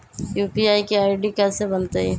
UPI के ID कैसे बनतई?